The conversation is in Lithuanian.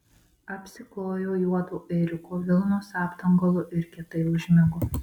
apsiklojo juodo ėriuko vilnos apdangalu ir kietai užmigo